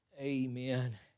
Amen